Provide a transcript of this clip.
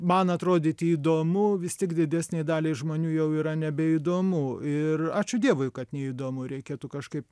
man atrodyti įdomu vis tik didesnei daliai žmonių jau yra nebeįdomu ir ačiū dievui kad neįdomu reikėtų kažkaip